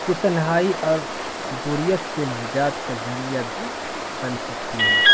یہ تنہائی اور بوریت سے نجات کا ذریعہ بھی بن سکتی ہے